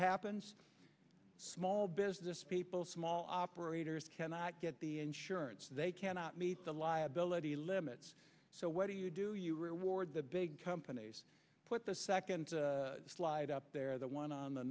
happens small businesspeople small operators cannot get the insurance they cannot meet the liability limits so what do you do you reward the big companies put the second slide up there the one on